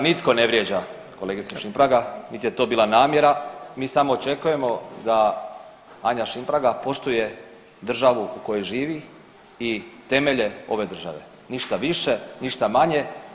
Nitko ne vrijeđa kolegicu Šimpraga niti je to bila namjera, mi samo očekujemo da Anja Šimpraga poštuje državu u kojoj živi i temelje ove države, ništa više, ništa manje.